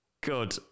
Good